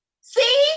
See